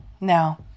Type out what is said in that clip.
Now